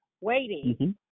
waiting